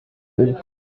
learn